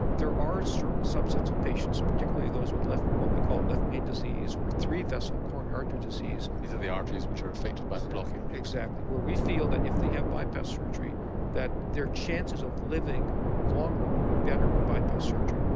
there are certain subsets of patients, particularly those with what we call left main disease or three vessel coronary artery disease. these are the arteries which are affected by the blockage? exactly, where we feel that if they have bypass surgery that their chances of living longer will be better with bypass surgery,